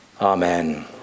Amen